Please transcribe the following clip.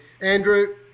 Andrew